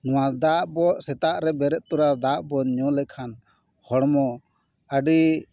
ᱱᱚᱣᱟ ᱫᱟᱜ ᱵᱚ ᱥᱮᱛᱟᱜ ᱨᱮ ᱵᱮᱨᱮᱫ ᱛᱚᱨᱟ ᱫᱟᱜ ᱵᱚᱱ ᱧᱩ ᱞᱮᱠᱷᱟᱱ ᱦᱚᱲᱢᱚ ᱟᱹᱰᱤ